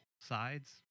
sides